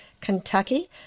Kentucky